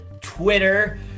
Twitter